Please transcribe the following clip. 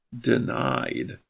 denied